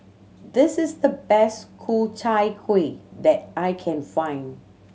this is the best Ku Chai Kuih that I can find